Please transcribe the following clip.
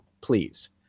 please